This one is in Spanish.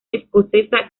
escocesa